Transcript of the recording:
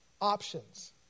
options